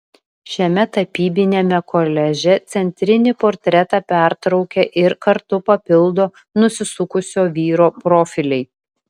šiame tapybiniame koliaže centrinį portretą pertraukia ir kartu papildo nusisukusio vyro profiliai